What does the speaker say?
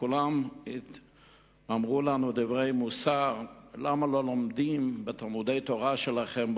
וכולם אמרו לנו דברי מוסר: למה לא לומדים בתלמודי-תורה שלכם,